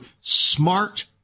smart